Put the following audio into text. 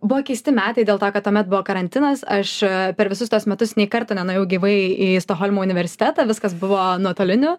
buvo keisti metai dėl to kad tuomet buvo karantinas aš per visus tuos metus nei karto nenuėjau gyvai į stokholmo universitetą viskas buvo nuotoliniu